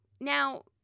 Now